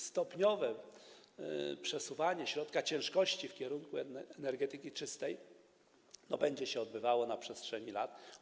Stopniowe przesuwanie środka ciężkości w kierunku energetyki czystej będzie się odbywało na przestrzeni lat.